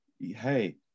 Hey